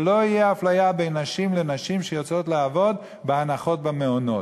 שלא תהיה אפליה בין נשים שיוצאות לעבוד בהנחות במעונות.